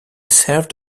served